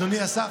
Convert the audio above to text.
אדוני השר,